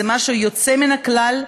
זה משהו יוצא מן הכלל,